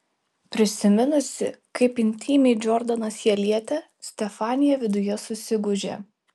prisiminusi kaip intymiai džordanas ją lietė stefanija viduje susigūžė